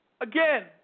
Again